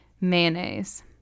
Mayonnaise